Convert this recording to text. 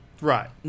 Right